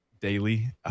daily